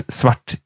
svart